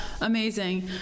Amazing